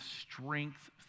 strength